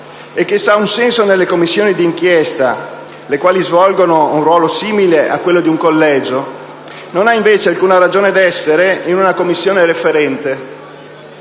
e, se ha un senso nelle Commissioni di inchiesta, che svolgono un ruolo simile a quello di un collegio giudicante, non ha invece alcuna ragione d'essere in una Commissione referente.